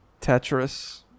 Tetris